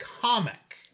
comic